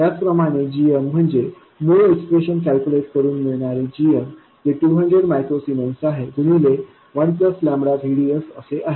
त्याचप्रमाणे gm म्हणजे मूळ एक्सप्रेशन कॅल्क्युलेट करून मिळणारे gm जे 200 मायक्रो सीमेंस आहे गुणिले 1VDS असे आहे